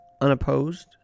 unopposed